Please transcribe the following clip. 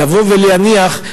לבוא ולהניח,